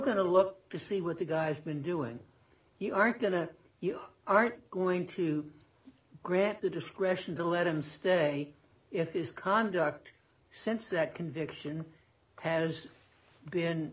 going to look to see what the guy's been doing you aren't going to you aren't going to grant the discretion to let him stay in his conduct since that conviction has been